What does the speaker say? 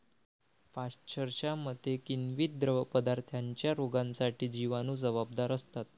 पाश्चरच्या मते, किण्वित द्रवपदार्थांच्या रोगांसाठी जिवाणू जबाबदार असतात